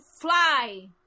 fly